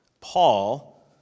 Paul